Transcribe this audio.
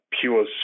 pure